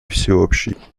всеобщей